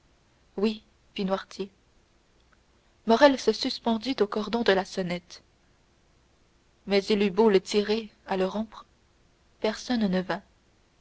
fit noirtier morrel se suspendit au cordon de la sonnette mais il eut beau le tirer à le rompre personne ne vint